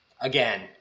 Again